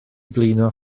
blino